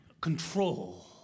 control